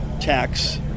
tax